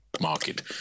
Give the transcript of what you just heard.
market